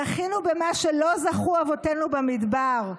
זכינו במה שלא זכו אבותינו במדבר.